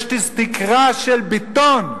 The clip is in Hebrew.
יש תקרה של בטון.